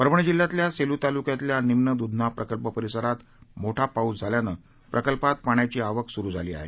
परभणी जिल्ह्यातल्या सेलू तालुक्यातल्या निम्न दुधना प्रकल्प परिसरात मोठा पाऊस झाल्यानं प्रकल्पात पाण्याची आवक सुरु झाली आहे